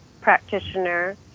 practitioner